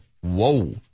Whoa